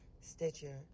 Stitcher